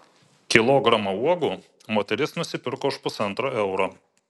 kilogramą uogų moteris nusipirko už pusantro euro